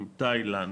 עם תאילנד,